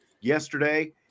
yesterday